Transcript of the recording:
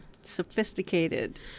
sophisticated